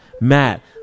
Matt